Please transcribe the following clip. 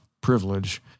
privilege